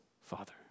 Father